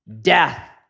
Death